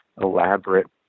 elaborate